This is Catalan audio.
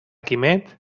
quimet